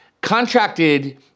contracted